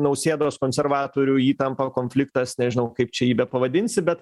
nausėdos konservatorių įtampa konfliktas nežinau kaip čia jį bepavadinsi bet